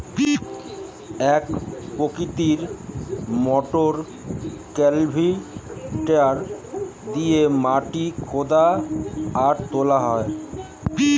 এক প্রকৃতির motor cultivator দিয়ে মাটি হুদা আর তোলা হয়